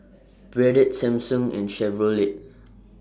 Bardot Samsung and Chevrolet